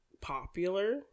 popular